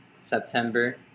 September